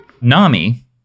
Nami